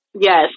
Yes